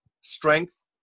strength